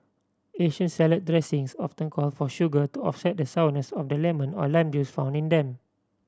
Asian salad dressings often call for sugar to offset the sourness of the lemon or lime juice found in them